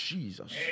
Jesus